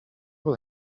will